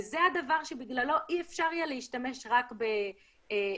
וזה הדבר שבגללו אי-אפשר יהיה להשתמש רק בגוגל-אפל.